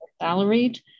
salaried